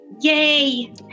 yay